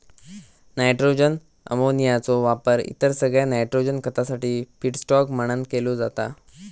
nitrogen अमोनियाचो वापर इतर सगळ्या नायट्रोजन खतासाठी फीडस्टॉक म्हणान केलो जाता